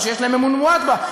או שיש להם אמון מועט בה,